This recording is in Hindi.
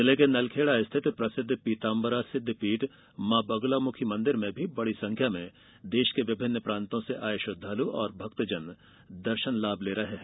जिले के नलखेड़ा स्थित प्रसिद्ध पीताम्बरा सिद्धपीठ मां बगुलामुखी मंदिर में भी बडी संख्या में देश के विभिन्न प्रांतों से आए श्रद्वालु और भक्तजन दर्शन लाभ ले रहे है